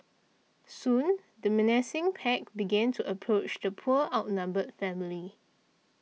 soon the menacing pack began to approach the poor outnumbered family